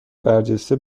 برجسته